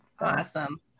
Awesome